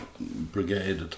Brigade